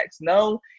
No